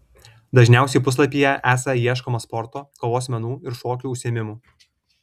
dažniausiai puslapyje esą ieškoma sporto kovos menų ir šokių užsiėmimų